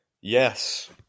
Yes